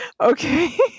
Okay